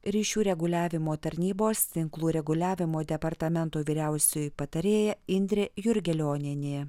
ryšių reguliavimo tarnybos tinklų reguliavimo departamento vyriausioji patarėja indrė jurgelionienė